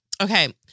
Okay